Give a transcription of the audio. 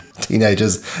teenagers